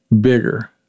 bigger